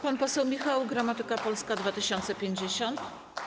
Pan poseł Michał Gramatyka, Polska 2050.